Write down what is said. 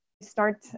start